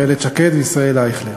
איילת שקד וישראל אייכלר